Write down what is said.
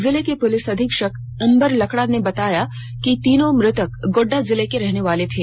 जिले के पुलिस अधीक्षक अंबर लकड़ा ने बताया कि तीनों मृतक गोड्डा जिले के रहने वाले थे